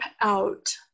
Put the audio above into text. out